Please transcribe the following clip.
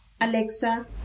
Alexa